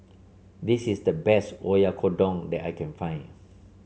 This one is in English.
this is the best Oyakodon that I can find